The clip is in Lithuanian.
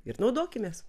ir naudokimės